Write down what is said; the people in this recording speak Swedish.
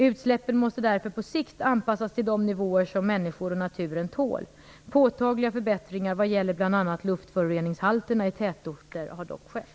Utsläppen måste därför på sikt anpassas till de nivåer som människor och naturen tål. Påtagliga förbättringar vad gäller bl.a. luftföroreningshalterna i tätorter har dock skett.